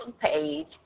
page